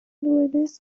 duenez